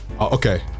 Okay